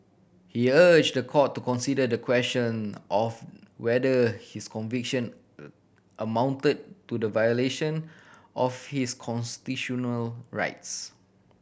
he urged the court to consider the question of whether his conviction amounted to the violation of his constitutional rights